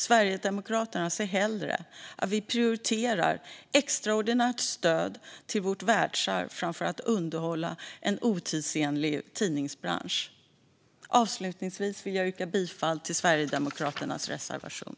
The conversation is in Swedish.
Sverigedemokraterna ser hellre att vi prioriterar extraordinärt stöd till vårt världsarv än att vi underhåller en otidsenlig tidningsbransch. Avslutningsvis vill jag yrka bifall till Sverigedemokraternas reservation.